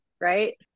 right